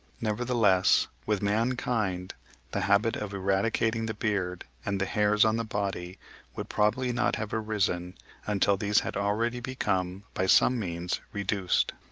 nevertheless, with mankind the habit of eradicating the beard and the hairs on the body would probably not have arisen until these had already become by some means reduced.